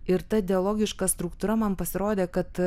ir ta dialogiška struktūra man pasirodė kad